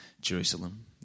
Jerusalem